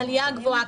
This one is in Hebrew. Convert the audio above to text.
העלייה הגבוהה,